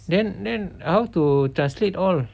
then then how to translate all